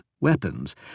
weapons